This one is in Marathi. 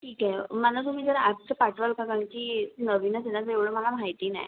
ठीक आहे मला तुम्ही जरा आजचं पाठवाल का कारण की नवीन आहे एवढं मला माहिती नाही